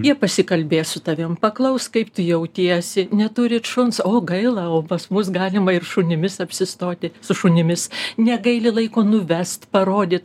jie pasikalbės su tavim paklaus kaip tu jautiesi neturit šuns o gaila o pas mus galima ir šunimis apsistoti su šunimis negaili laiko nuvest parodyt